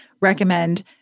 recommend